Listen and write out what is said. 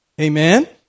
Amen